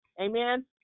Amen